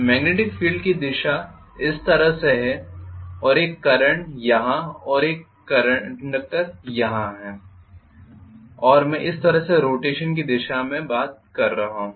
magnetic field की दिशा इस तरह से है और एक कंडक्टर यहाँ और एक अन्य कंडक्टर यहाँ है और मैं इस तरह से रोटेशन की दिशा के बारे में बात कर रहा हूँ